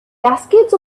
cascades